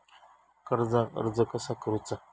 कर्जाक अर्ज कसा करुचा?